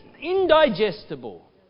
indigestible